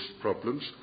problems